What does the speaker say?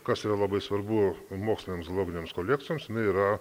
kas yra labai svarbu mokslinėms globinėms kolekcijoms jinai yra